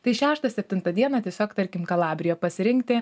tai šeštą septintą dieną tiesiog tarkim kalabriją pasirinkti